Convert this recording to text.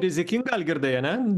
rizikinga algirdai ar ne